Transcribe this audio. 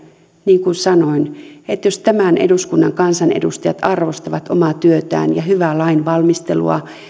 niin kuin sanoin jos tämän eduskunnan kansanedustajat arvostavat omaa työtään ja hyvää lainvalmistelua